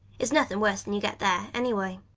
it's nothin' worse than you get there, anyway.